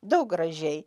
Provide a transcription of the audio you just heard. daug gražiai